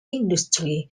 industry